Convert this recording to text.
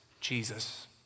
Jesus